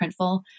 Printful